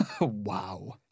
Wow